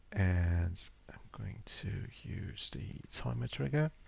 and i'm going to use the timer trigger.